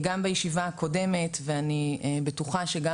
גם בישיבה הקודמת ואני בטוחה שגם